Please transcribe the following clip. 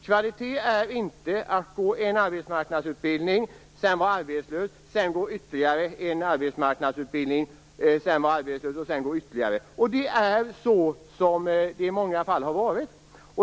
Kvalitet är inte att gå på en arbetsmarknadsutbildning, att sedan vara arbetslös och därefter gå ytterligare en arbetsmarknadsutbildning för att sedan vara arbetslös igen osv. Det är så det i många fall har varit.